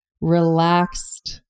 relaxed